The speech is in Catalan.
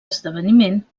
esdeveniment